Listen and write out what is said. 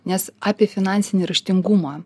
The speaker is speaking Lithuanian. nes apie finansinį raštingumą